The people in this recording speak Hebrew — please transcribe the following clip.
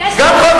חבר